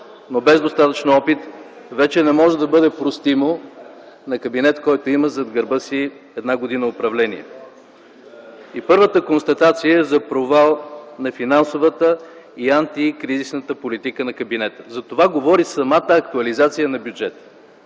но без достатъчно опит, вече не може да бъде простено на кабинет, който има зад гърба си една година управление. Първата констатация е за провал на финансовата и антикризисната политика на кабинета. За това говори самата актуализация на бюджета.